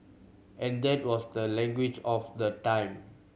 and that was the language of the time